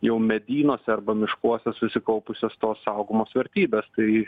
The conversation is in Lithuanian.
jau medynuose arba miškuose susikaupusios tos saugomos vertybės tai